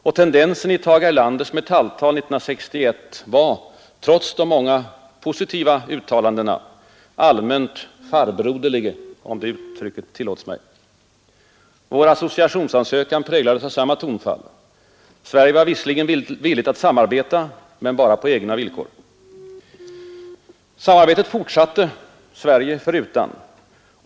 Och tendensen i Tage Erlanders Metalltal 1961 var trots många positiva uttalanden — allmänt ”farbroderlig” — om det uttrycket tillåtes mig. Vår associationsansökan präglades av samma tonfall. Sverige var visserligen villigt att samarbeta, men på egna villkor. Samarbetet fortsatte Sverige förutan.